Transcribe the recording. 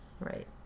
Right